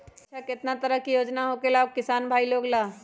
अच्छा कितना तरह के योजना होखेला किसान भाई लोग ला?